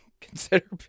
consider